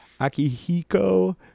Akihiko